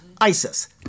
ISIS